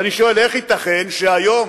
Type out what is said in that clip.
ואני שואל: איך ייתכן שהיום